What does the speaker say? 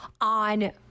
on